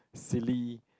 silly